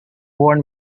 worn